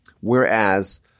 Whereas